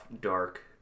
dark